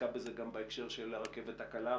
עסקה בזה גם בהקשר של הרכבת הקלה,